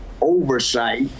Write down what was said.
oversight